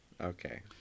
Okay